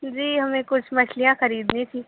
جی ہمیں کچھ مچھلیاں خریدنی تھیں